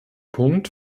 punkt